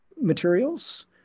materials